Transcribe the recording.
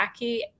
wacky